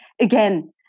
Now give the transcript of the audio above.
again